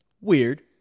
Weird